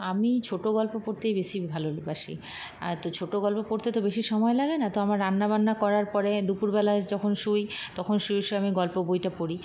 আমি ছোটো গল্প পড়তেই বেশী ভালোবাসি আর তো ছোট গল্প পড়তে তো বেশী সময় লাগে না তো আমার রান্না বান্না করার পরে দুপুরবেলা যখন শুই তখন শুয়ে শুয়ে আমি গল্প বইটা পড়ি